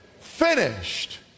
finished